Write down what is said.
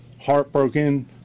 heartbroken